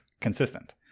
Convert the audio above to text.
consistent